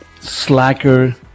Slacker